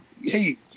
hey